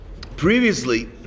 Previously